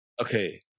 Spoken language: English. okay